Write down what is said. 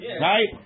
Right